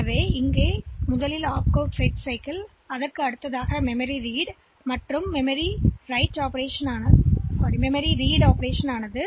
எனவே ஒப்கோட்வாசிப்பைத்பெறுதல் மெமரி ரீட்தொடர்ந்து மற்றொரு மெமரி ரீட்பின்தொடர்ந்தது